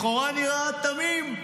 לכאורה נראה תמים,